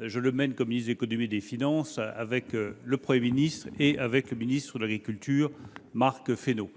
je le mène aujourd’hui comme ministre de l’économie et des finances, avec M. le Premier ministre et avec le ministre de l’agriculture, M. Marc Fesneau.